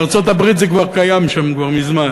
בארצות-הברית זה כבר קיים מזמן,